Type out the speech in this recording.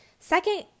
Second